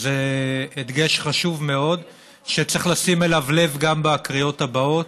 והוא דבר חשוב מאוד שצריך לשים אליו לב גם בקריאות הבאות,